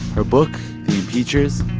her book, the impeachers,